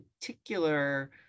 particular